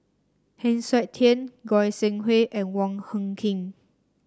Heng Siok Tian Goi Seng Hui and Wong Hung Khim